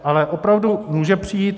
Ale opravdu může přijít.